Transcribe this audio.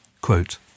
Quote